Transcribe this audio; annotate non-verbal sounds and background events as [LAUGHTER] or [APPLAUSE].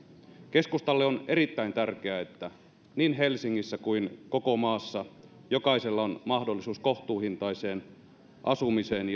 keskustalle on erittäin tärkeää että niin helsingissä kuin koko maassa jokaisella on mahdollisuus kohtuuhintaiseen asumiseen [UNINTELLIGIBLE]